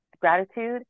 gratitude